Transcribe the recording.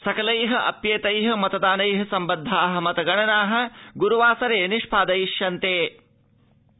सकलैः अप्यैतैः मतदानैः सम्बदधाः मतगणनाः ग्रुवासरे निष्पादयिष्यन्ते